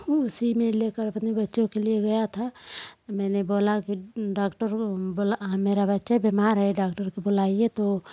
उसी में लेकर अपने बच्चों के लिए गया था मैंने बोला कि डॉक्टर बोला मेरा बच्चा बीमार है डॉक्टर को बुलाइए तो